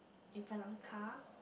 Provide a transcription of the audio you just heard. in front of the car